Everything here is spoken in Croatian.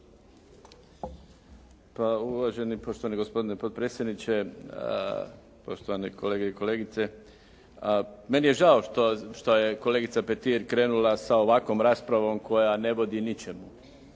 uvaženi poštovani gospodine potpredsjedniče, poštovane kolege i kolegice meni je žao što je kolegica Petir krenula sa ovakvom raspravom koja ne vodi ničemu.